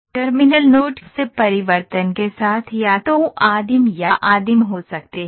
terminal nodes परिवर्तन के साथ या तो आदिम या आदिम हो सकते हैं